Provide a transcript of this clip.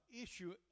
issue